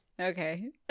Okay